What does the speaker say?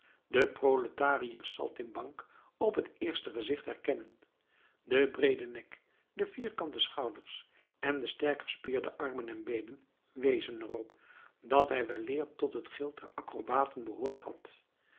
schoonklinkenden vreemden naam den proletariër saltimbanque op het eerste gezicht herkennen de breede nek de vierkante schouders en de sterkgespierde armen en beenen wezen er op dat hij weleer tot het gild der acrobaten behoord had